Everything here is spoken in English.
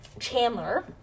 Chandler